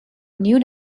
new